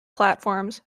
platforms